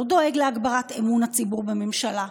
לא דואג להגברת אמון הציבור בממשלה,